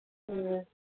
ꯎꯝ